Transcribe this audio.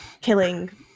killing